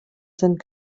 sind